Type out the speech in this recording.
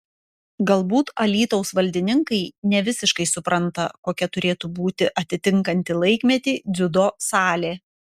galbūt alytaus valdininkai ne visiškai supranta kokia turėtų būti atitinkanti laikmetį dziudo salė